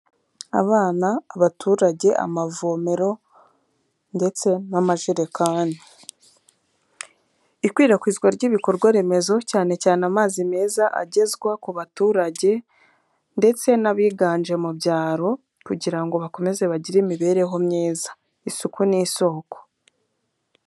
Abana, abaturage, amavomero ndetse n'amajerekani, ikwirakwizwa ry'ibikorwa remezo cyane cyane amazi meza agezwa ku baturage ndetse n'abiganje mu byaro kugira bakomeze bagire imibereho myiza, isuku ni isoko.